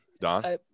Don